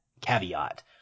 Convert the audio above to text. caveat